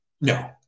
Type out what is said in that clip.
no